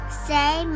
say